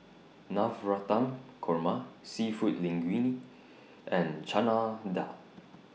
Navratan Korma Seafood Linguine and Chana Dal